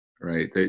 right